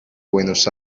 buenos